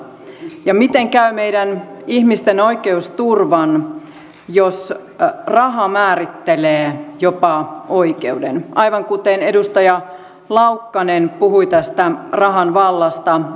ja miten käy meidän ihmisten oikeusturvan jos raha määrittelee jopa oikeuden aivan kuten edustaja laukkanen puhui tästä rahan vallasta